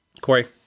Corey